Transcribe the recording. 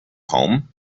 home